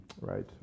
Right